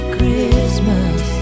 Christmas